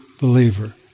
believer